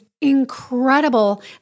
incredible